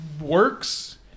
works